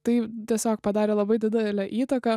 tai tiesiog padarė labai didelę įtaką